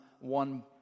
one